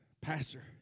Pastor